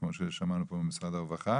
כמו ששמענו פה ממשרד הרווחה